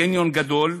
קניון גדול,